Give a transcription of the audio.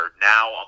now